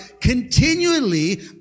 continually